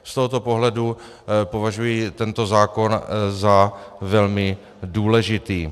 Z tohoto pohledu považuji tento zákon za velmi důležitý.